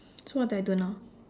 so what do I do now